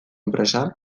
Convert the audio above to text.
enpresa